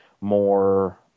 more